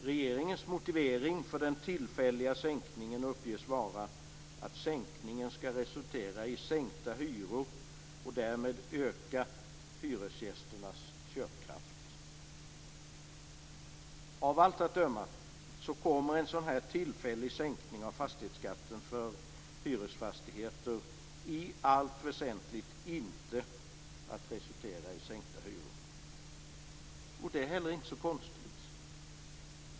Regeringens motivering för den tillfälliga sänkningen uppges vara att den skall resultera i sänkta hyror och därmed öka hyresgästernas köpkraft. Av allt att döma kommer en sådan här tillfällig sänkning av fastighetsskatten för hyresfastigheter i allt väsentligt inte att resultera i sänkta hyror. Det är heller inte så konstigt.